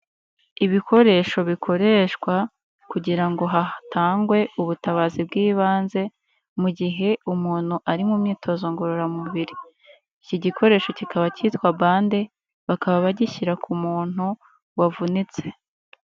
Ibikoresho bikoreshwa kugira ngo hatangwe ubutabazi bw'ibanze mu gihe umuntu ari mu myitozo ngororamubiri. Iki gikoresho kikaba cyitwa bande bakaba bagishyira ku muntu wavunitse.